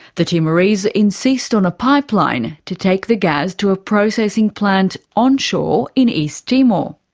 the timorese insist on a pipeline to take the gas to a processing plant onshore in east timor.